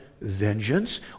vengeance